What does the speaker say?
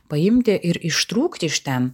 paimti ir ištrūkti iš ten